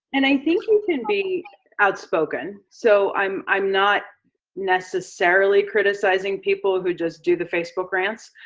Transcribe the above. and i think you can be outspoken, so i'm i'm not necessarily criticizing people who just do the facebook rants,